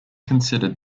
considered